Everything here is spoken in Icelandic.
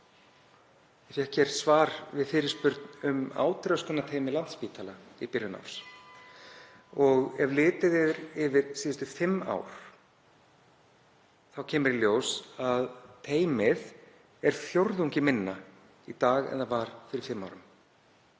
Ég fékk svar við fyrirspurn um átröskunarteymi Landspítala í byrjun árs og ef litið er yfir síðustu fimm ár þá kemur í ljós að teymið er fjórðungi minna í dag en það var fyrir fimm árum.